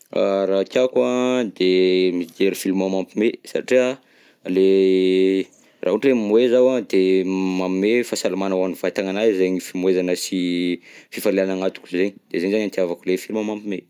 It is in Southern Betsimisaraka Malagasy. A raha tiako an de mijery film mampihomehy, satria le, raha ohatra hoe mimohehy zaho an de manome fahasalamana ho an'ny vatagnanahy zegny fimohezana sy fifaliana agnatiko zegny de zay zany itiavako le film mampihomehy.